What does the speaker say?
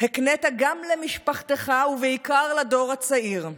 הקנית גם למשפחתך, ובעיקר לדור הצעיר.